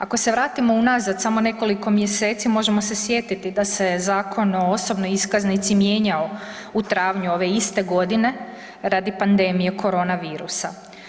Ako se vratimo unazad samo nekoliko mjeseci možemo se sjetiti da se Zakon o osobnoj iskaznici mijenjao u travnju ove iste godine radi pandemije korona virusa.